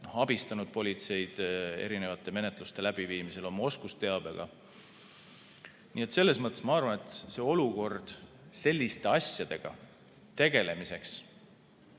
abistanud politseid erinevate menetluste läbiviimisel oma oskusteabega. Selles mõttes ma arvan, et olukord selliste asjadega tegelemiseks